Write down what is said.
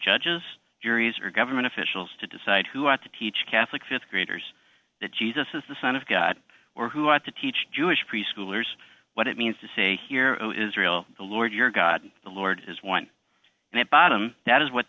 judges juries or government officials to decide who ought to teach catholic th graders that jesus is the son of god who ought to teach jewish preschoolers what it means to say hero israel the lord your god the lord is one and at bottom that is what